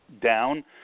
down